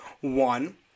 One